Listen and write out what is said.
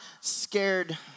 scared